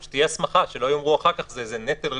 הם עמדו בתקנות בהתחלה, הם לא עמדו בזה בסוף.